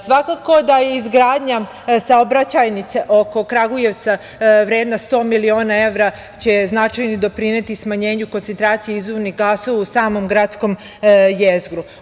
Svakako da će izgradnja saobraćajnice oko Kragujevca vredna 100 miliona evra značajno doprineti smanjenju koncentracije izduvnih gasova u samom gradskom jezgru.